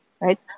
right